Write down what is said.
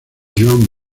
joan